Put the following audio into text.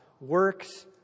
works